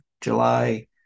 July